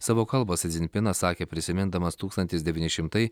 savo kalbą si zimpinas sakė prisimindamas tūkstantis devyni šimtai